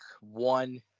one